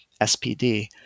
SPD